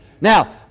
Now